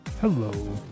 Hello